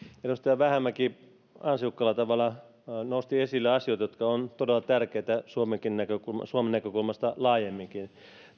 edustaja vähämäki ansiokkaalla tavalla nosti esille asioita jotka ovat todella tärkeitä suomen näkökulmasta laajemminkin